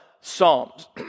Psalms